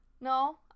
No